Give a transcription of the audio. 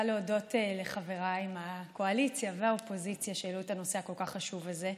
להודות לחבריי מהקואליציה ומהאופוזיציה שהעלו את הנושא הכל-כך חשוב הזה,